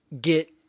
get